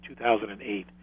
2008